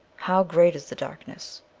how great is the darkness!